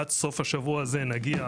עד סוף השבוע הזה נגיע